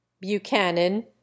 Buchanan